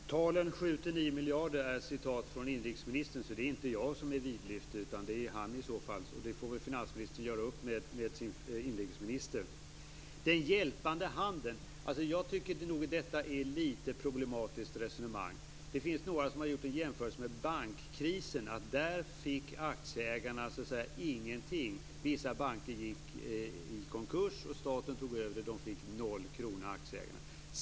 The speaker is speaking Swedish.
Herr talman! Talen 7-9 miljarder är från inrikesministern. Det är inte jag som är vidlyftig utan han i så fall. Det får finansministern göra upp med inrikesministern. Finansministern talar om den hjälpande handen. Jag tycker att detta är ett litet problematiskt resonemang. Det finns några som har gjort en jämförelse med bankkrisen. Där fick aktieägarna ingenting. Vissa banker gick i konkurs, och staten tog över dem. Aktieägarna fick noll kronor.